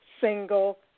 single